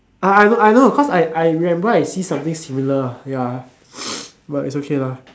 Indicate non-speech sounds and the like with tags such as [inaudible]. I I I know I know because I I remember I see something similar ya [noise] but is okay lah